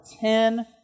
ten